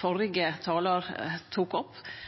førre talar tok opp,